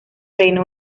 reino